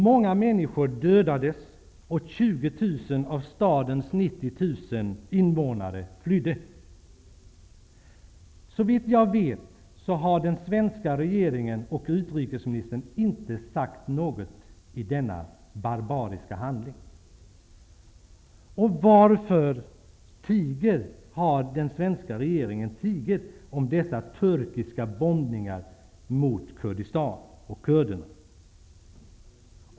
Många människor dödades, och 20 000 av stadens 90 000 invånare flydde. Såvitt jag vet har inte den svenska regeringen eller utrikesministern sagt någonting om denna barbariska handling. Varför har den svenska regeringen tigit om dessa turkiska bombningar av Kurdistan och kurderna?